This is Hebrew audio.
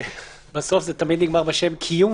בסוף זה תמיד נגמר בשם "קיום